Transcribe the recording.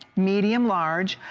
medium large,